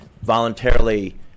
voluntarily